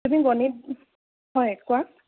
তুমি গণিত হয় কোৱা